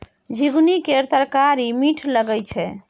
झिगुनी केर तरकारी मीठ लगई छै